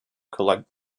collect